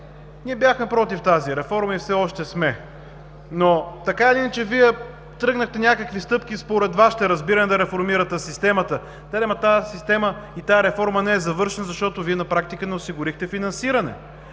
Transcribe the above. Ние бяхме против тази реформа и все още сме, но така или иначе Вие тръгнахте да правите някакви стъпки и според Вашите разбирания да реформирате системата. Да, но тази система и тази реформа не е завършена, защото Вие на практика не осигурихте финансиране.